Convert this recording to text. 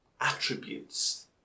attributes